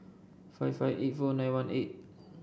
five five eight four nine one eight